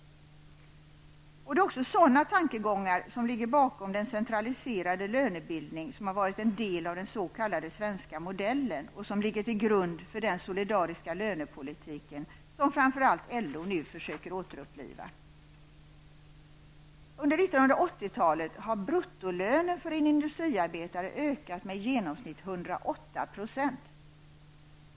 Det är också sådana tankegångar som ligger bakom den centraliserade lönebildningen som har varit en del av den s.k. svenska modellen och som ligger till grund för den solidariska lönepolitiken, som framför allt LO nu försöker återuppliva. Under 1980-talet har bruttolönen för en industriarbetare ökat med i genomsnitt 108 %.